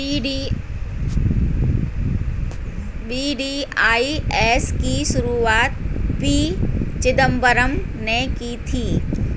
VDIS की शुरुआत P Chidambaram ने की थी